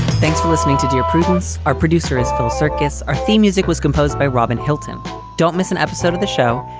thanks for listening to dear prudence. our producer is phil circus. our theme music was composed by robin hilton don't miss an episode of the show.